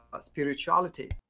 spirituality